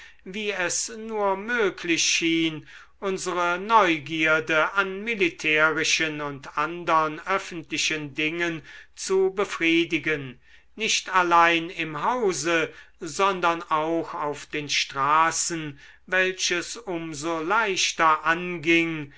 wie es nur möglich schien unsere neugierde an militärischen und andern öffentlichen dingen zu befriedigen nicht allein im hause sondern auch auf den straßen welches um so leichter anging